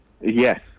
Yes